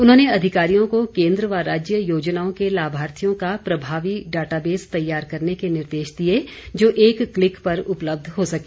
उन्होंने अधिकारियों को केन्द्र व राज्य योजनाओं के लाभार्थियों का प्रभावी डेटाबेस तैयार करने के निर्देश दिए जो एक क्लिक पर उपलब्ध हो सके